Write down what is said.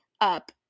up